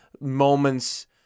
moments